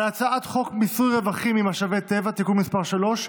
הצעת חוק מיסוי רווחים ממשאבי טבע (תיקון מס' 3),